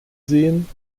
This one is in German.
sehen